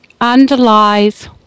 underlies